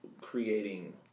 creating